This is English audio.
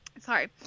sorry